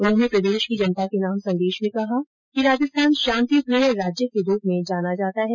उन्होंने प्रदेश की जनता के नाम संदेश में कहा कि राजस्थान शांतिप्रिय राज्य के रुप मे जाना जाता है